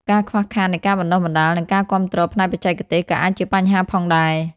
ការខ្វះខាតនៃការបណ្តុះបណ្តាល និងការគាំទ្រផ្នែកបច្ចេកទេស ក៏អាចជាបញ្ហាផងដែរ។